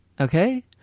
okay